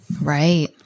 Right